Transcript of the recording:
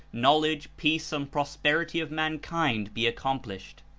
know ledge, peace and prosperity of mankind be accom plished?